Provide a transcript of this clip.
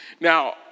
Now